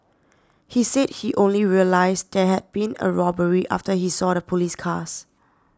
he said he only realised there had been a robbery after he saw the police cars